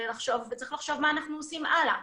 וצריך לחשוב מה אנחנו עושים הלאה.